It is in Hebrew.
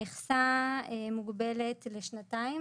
המכסה מוגבלת לשנתיים,